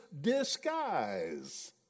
disguise